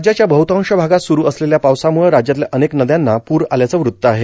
राज्याच्या बद्दतांश भागात स्रुरू असलेल्या पावसामुळं राज्यातल्या अनेक नद्यांना पूर आल्याचं वृत्त आहे